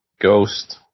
Ghost